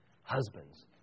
Husbands